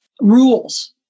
rules